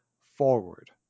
forward